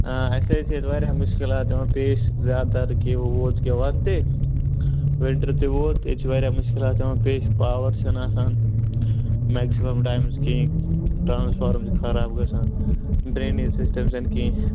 آ اَسہِ حظ چھِ ییٚتہِ واریاہ مُشکِلات یِوان پیش زیادٕ تر کہ ووت ییٚکیاہ وَندٕ تہِ وِنٹر تہِ ووت ییٚتہِ چھ واریاہ مُشکِلات یِوان پیش پاوَر چھُنہٕ آسان میکسِمم ٹایمز کِہیٖنۍ ٹرانسفارم چھُ خراب گَژھان ڈرینیج سِسٹم چھَنہٕ کِہیٖنۍ